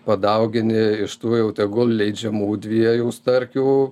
padaugini iš tų jau tegul leidžiamų dviejų starkių